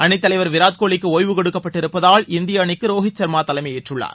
அணித்தலைவர் விராட் கோலிக்கு ஓய்வு கொடுக்கப்பட்டு இருப்பதால் இந்திய அணிக்கு ரோஹித் சர்மா தலைமையேற்றுள்ளார்